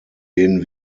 denen